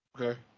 Okay